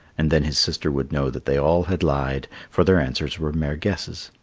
and then his sister would know that they all had lied, for their answers were mere guesses.